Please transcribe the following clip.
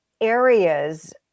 areas